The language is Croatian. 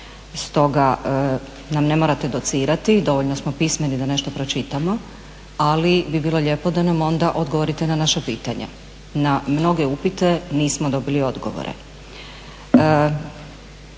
Stoga nam ne morate docirati, dovoljno smo pismeni da nešto pročitamo, ali bi bilo lijepo da nam odgovorite na naša pitanja. Na mnoge upite nismo dobili odgovore.